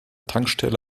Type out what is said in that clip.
tankstelle